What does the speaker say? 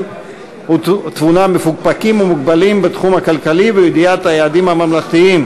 ותבונה מפוקפקים ומוגבלים בתחום הכלכלי ובידיעת היעדים הממלכתיים,